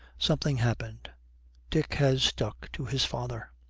something happened dick has stuck to his father.